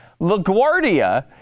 LaGuardia